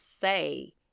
say